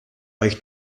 euch